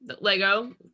Lego